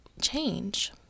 Change